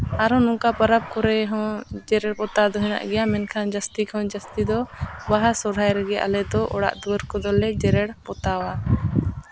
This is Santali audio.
ᱟᱨᱦᱚᱸ ᱱᱚᱝᱠᱟ ᱯᱚᱨᱚᱵᱽ ᱠᱚᱨᱮ ᱦᱚᱸ ᱡᱮᱨᱮᱲ ᱯᱚᱛᱟᱣ ᱫᱚ ᱦᱮᱱᱟᱜ ᱜᱮᱭᱟ ᱢᱮᱱᱠᱷᱟᱱ ᱡᱟᱹᱥᱛᱤ ᱠᱷᱚᱱ ᱡᱟᱹᱥᱛᱤ ᱫᱚ ᱵᱟᱦᱟ ᱥᱚᱦᱚᱨᱟᱭ ᱨᱮᱜᱮ ᱟᱞᱮ ᱰᱚ ᱚᱲᱟᱜ ᱫᱩᱣᱟᱹᱨ ᱠᱚᱫᱚ ᱞᱮ ᱡᱮᱨᱮᱲ ᱯᱚᱛᱟᱣᱟ